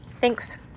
Thanks